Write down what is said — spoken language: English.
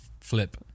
flip